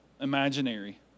imaginary